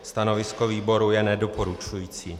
Stanovisko výboru nedoporučující.